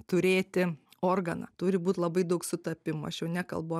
turėti organą turi būt labai daug sutapimų aš jau nekalbu